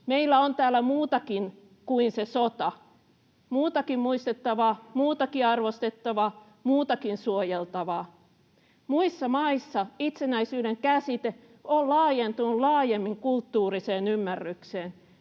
Meillä on täällä muutakin kuin se sota — muutakin muistettavaa, muutakin arvostettavaa, muutakin suojeltavaa. Muissa maissa itsenäisyyden käsite on laajentunut laajemmin kulttuuriseen ymmärrykseen.